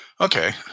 Okay